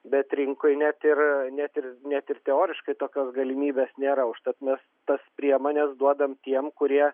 bet rinkoj net ir net ir net ir teoriškai tokios galimybės nėra užtat mes tas priemones duodam tiem kurie